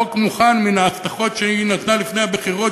חוק מוכן מן ההבטחות שהיא נתנה לפני הבחירות,